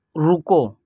رکو